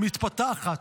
היא מתפתחת,